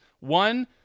One